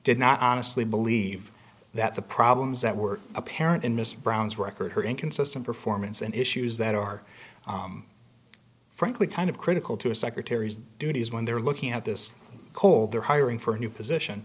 did not honestly believe that the problems that were apparent in mr brown's record her inconsistent performance and issues that are frankly kind of critical to a secretary's duties when they're looking at this cold they're hiring for a new position